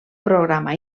programa